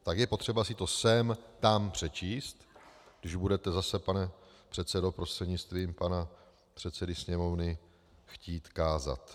Tak je potřeba si to sem tam přečíst, když budete zase, pane předsedo, prostřednictvím pana předsedy Sněmovny, chtít kázat.